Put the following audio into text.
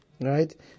right